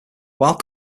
while